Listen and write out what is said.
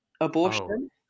abortion